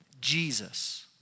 Jesus